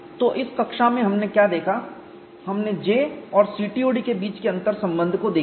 तो इस कक्षा में हमने क्या देखा हमने J और CTOD के बीच के अंतर्संबंध को देखा है